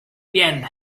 bien